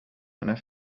einer